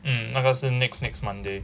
mm 那个是 next next monday